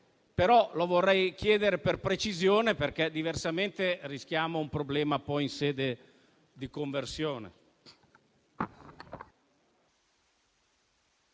però lo vorrei chiedere per precisione, perché diversamente rischiamo un problema in sede di approvazione.